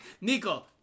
Nico